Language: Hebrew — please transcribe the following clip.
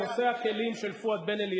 נושא הכלים של פואד בן-אליעזר,